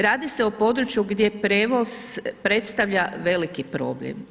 Radi se o području gdje prijevoz predstavlja veliki problem.